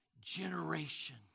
generation